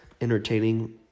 entertaining